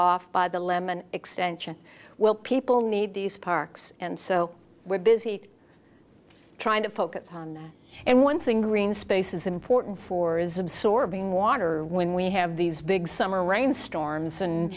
off by the lemon extension will people need these parks and so we're busy trying to focus on one thing green space is important for is absorbing water when we have these big summer rain storms and